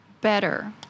better